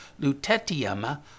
lutetium